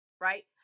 right